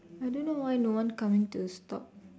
I don't know why no one come in to stop